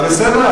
בסדר,